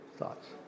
thoughts